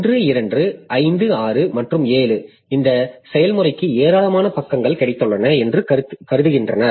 1 2 5 6 மற்றும் 7 இந்த செயல்முறைக்கு ஏராளமான பக்கங்கள் கிடைத்துள்ளன என்று கருதுகின்றனர்